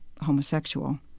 homosexual